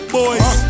boys